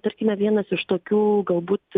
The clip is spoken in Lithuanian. tarkime vienas iš tokių galbūt